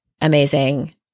amazing